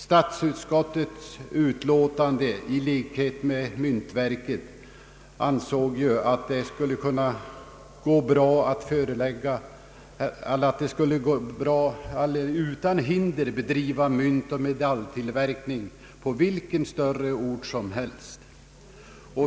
Statsutskottet ansåg i sitt utlåtande, i likhet med myntverket, att man utan hinder skulle kunna bedriva myntoch medaljtillverkning på vilken större ort som helst.